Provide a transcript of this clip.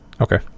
Okay